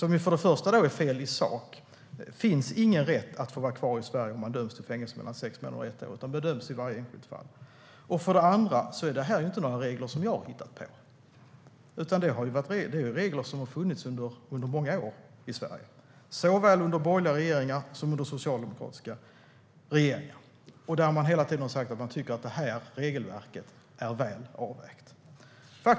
Det är för det första fel i sak. Det finns ingen rätt att få vara kvar i Sverige om man döms till fängelse mellan sex månader och ett år, utan det bedöms i varje enskilt fall. För det andra är detta inga regler som jag har hittat på. Det är regler som har funnits i Sverige under många år, under såväl borgerliga som socialdemokratiska regeringar. Man har hela tiden sagt att regelverket är väl avvägt.